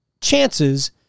chances